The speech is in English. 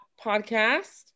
podcast